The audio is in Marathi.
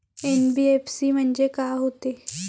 एन.बी.एफ.सी म्हणजे का होते?